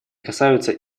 касаются